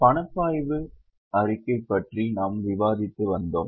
பணப்பாய்வு அறிக்கை பற்றி நாம் விவாதித்து வந்தோம்